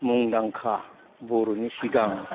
मुंदांखा बर'नि सिगां